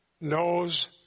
knows